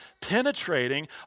penetrating